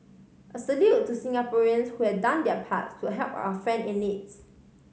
a salute to Singaporeans who had done their parts to help our friend in needs